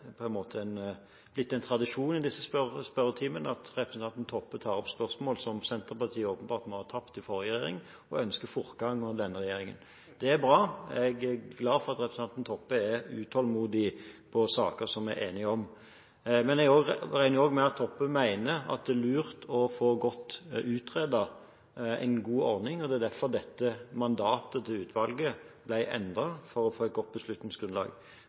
måte blitt en tradisjon i disse spørretimene at representanten Toppe tar opp spørsmål som Senterpartiet åpenbart må ha tapt i forrige regjering – ønsker fortgang under denne regjeringen. Det er bra. Jeg er glad for at representanten Toppe er utålmodig i saker som vi er enige om. Men jeg regner også med at Toppe mener at det er lurt å få utredet en god ordning. Det er derfor mandatet til utvalget ble endret, for å få et godt beslutningsgrunnlag.